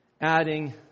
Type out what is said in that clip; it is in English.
adding